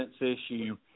issue